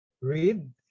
Read